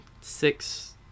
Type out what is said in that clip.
six